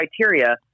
criteria